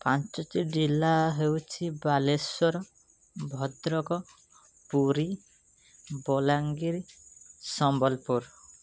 ପଞ୍ଚୋଟି ଜିଲ୍ଲା ହେଉଛି ବାଲେଶ୍ଵର ଭଦ୍ରକ ପୁରୀ ବଲାଙ୍ଗୀର ସମ୍ବଲପୁର